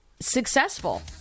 successful